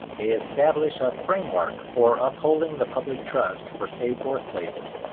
they establish a framework for upholding the public trust for safe workplaces,